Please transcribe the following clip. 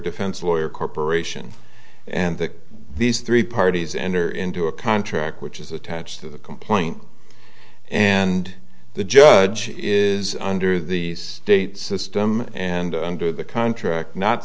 defense lawyer corporation and that these three parties enter into a contract which is attached to the complaint and the judge is under the state system and under the contract not